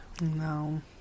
No